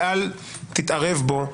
ואל תתערב בו.